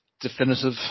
definitive